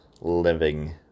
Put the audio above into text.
living